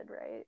Right